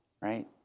right